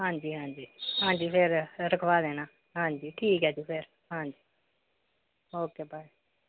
ਹਾਂਜੀ ਹਾਂਜੀ ਹਾਂਜੀ ਫਿਰ ਰਖਵਾ ਦੇਣਾ ਹਾਂਜੀ ਠੀਕ ਹੈ ਜੀ ਫਿਰ ਹਾਂਜੀ ਓਕੇ ਬਾਏ